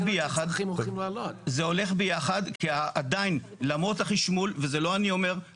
זה הולך ביחד, כי עדיין למרות החשמול ולמרות